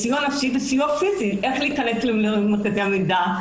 סיוע נפשי וסיוע פיזי איך להיכנס למרכזי המידע,